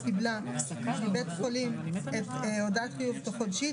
קיבלה מבית החולים הודעת חיוב חודשית,